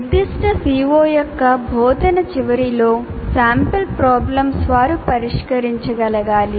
నిర్దిష్ట CO యొక్క బోధన చివరిలో sample problems వారు పరిష్కరించగలగాలి